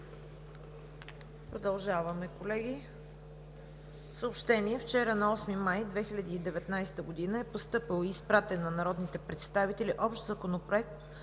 Продължаваме, колеги.